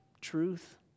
truth